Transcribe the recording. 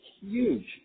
huge